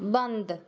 बंद